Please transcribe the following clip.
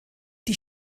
die